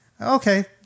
okay